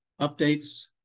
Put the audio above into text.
updates